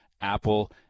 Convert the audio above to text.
Apple